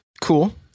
Cool